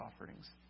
offerings